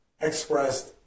expressed